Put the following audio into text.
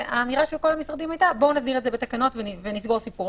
והאמירה של כל המשרדים הייתה: בואו נסדיר את זה בתקנות ונסגור סיפור,